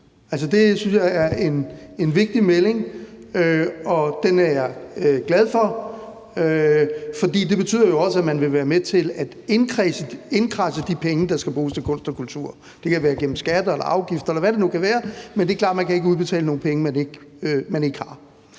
jeg er en vigtig melding, og den er jeg glad for, for det betyder også, at man vil være med til at kradse de penge, der skal bruges til kunst og kultur, ind. Det kan være gennem skatter eller afgifter, eller hvad det nu kan være, men det er klart, at man ikke kan udbetale nogen penge, man ikke har.